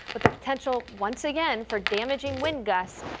but the potential once again for damaging wind gusts.